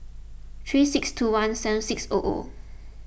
three six two one seven six O O